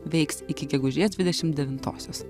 veiks iki gegužės dvidešimt devintosios